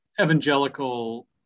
evangelical